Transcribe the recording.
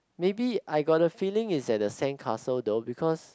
maybe I got a feeling is at the sandcastle though because